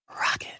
Rocket